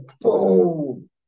boom